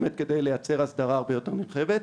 באמת כדי לייצר הסדרה הרבה יותר נרחבת.